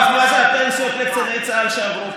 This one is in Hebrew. אז מה זה הפנסיות לקציני צה"ל שעברו פה?